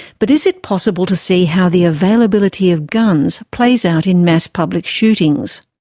but is it possible to see how the availability of guns plays out in mass public shootings?